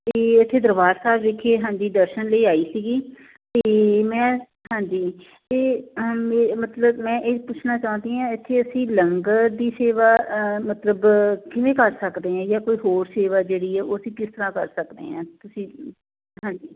ਅਤੇ ਇੱਥੇ ਦਰਬਾਰ ਸਾਹਿਬ ਵਿਖੇ ਹਾਂਜੀ ਦਰਸ਼ਨ ਲਈ ਆਈ ਸੀਗੀ ਅਤੇ ਮੈਂ ਹਾਂਜੀ ਅਤੇ ਮਤਲਬ ਮੈਂ ਇਹ ਪੁੱਛਣਾ ਚਾਹੁੰਦੀ ਹਾਂ ਇੱਥੇ ਅਸੀਂ ਲੰਗਰ ਦੀ ਸੇਵਾ ਮਤਲਬ ਕਿਵੇਂ ਕਰ ਸਕਦੇ ਹਾਂ ਜਾਂ ਕੋਈ ਹੋਰ ਸੇਵਾ ਜਿਹੜੀ ਉਹ ਅਸੀਂ ਕਿਸ ਤਰ੍ਹਾਂ ਕਰ ਸਕਦੇ ਹਾਂ ਤੁਸੀਂ ਹਾਂਜੀ